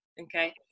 okay